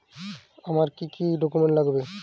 আমার কি কি ডকুমেন্ট লাগবে?